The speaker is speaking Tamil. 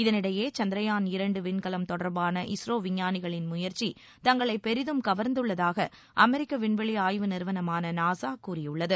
இதனிடையே சந்திரயான் இரண்டு விண்கலம் தொடர்பான இஸ்ரோ விஞ்ஞானிகளின் முயற்சி தங்களை பெரிதும் கவர்ந்துள்ளதாக அமெரிக்க விண்வெளி ஆய்வு நிறுவனமான நாஸா கூறியுள்ளது